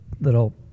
little